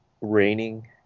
raining